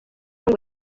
ngo